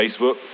Facebook